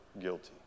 guilty